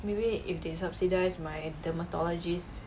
maybe if they subsidise my dermatologist